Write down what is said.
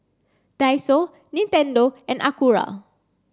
Daiso Nintendo and Acura